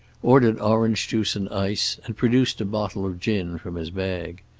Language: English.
ordered orange juice and ice, and produced a bottle of gin from his bag.